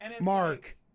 mark